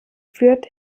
führt